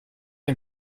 ein